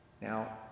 now